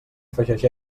afegeix